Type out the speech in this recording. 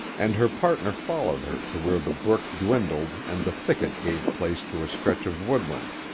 and her partner followed her to where the brook dwindled and the thicket gave place to a stretch of woodland,